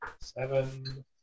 Seven